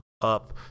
up